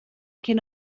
can